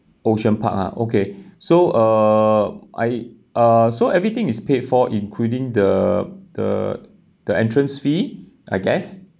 ocean park ah okay so uh I uh so everything is paid for including the the the entrance fee I guess